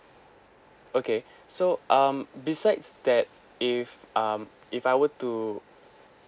okay so um besides that if um if I were to